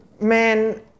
man